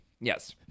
Yes